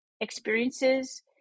experiences